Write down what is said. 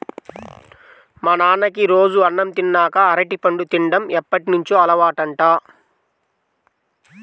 మా నాన్నకి రోజూ అన్నం తిన్నాక అరటిపండు తిన్డం ఎప్పటినుంచో అలవాటంట